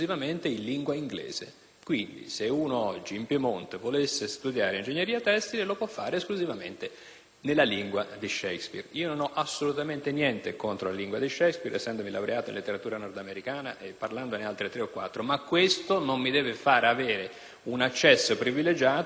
Quindi, se qualcuno oggi in Piemonte volesse studiare ingegneria tessile lo può fare soltanto nella lingua di Shakespeare. Io non ho assolutamente niente contro la lingua di Shakespeare essendomi laureato in letteratura nordamericana e parlando altre tre o quattro lingue, ma questo non mi deve far avere un accesso privilegiato a un servizio scolastico